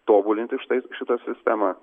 tobulinti štai šitą sistemą